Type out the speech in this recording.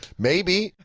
maybe.